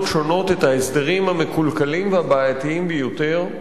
שונות את ההסדרים המקולקלים והבעייתיים ביותר,